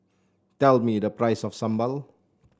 tell me the price of sambal